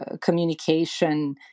communication